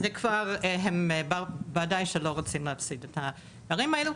הם בוודאי שלא רוצים להפסיד את הדברים האלו.